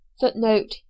footnote